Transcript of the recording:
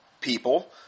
people